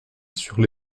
sur